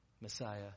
Messiah